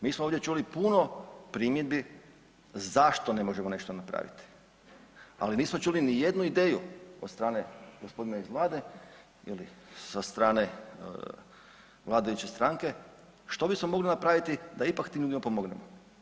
Mi smo ovdje čuli puno primjedbi zašto ne možemo nešto napraviti. ali nismo čuli nijednu ideju od strane gospodina iz Vlade ili sa strane vladajuće stranke što bismo mogli napraviti da ipak tim ljudima pomognemo.